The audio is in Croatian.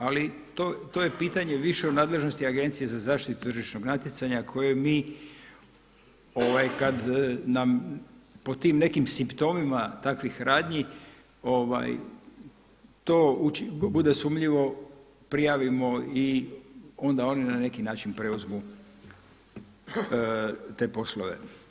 Ali to je pitanje više u nadležnosti Agencije za zaštitu tržišnog natjecanja koju mi kada nam po tim nekim simptomima takvih radnji to bude sumnjivo prijavimo i onda oni na neki način preuzmu te poslove.